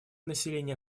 население